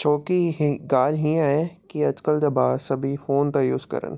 छो की ही ॻाल्हि हीअं आहे की अॼुकल्ह जा ॿार सभेई फ़ोन था यूस करनि